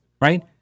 right